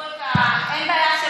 אין בעיה,